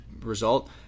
result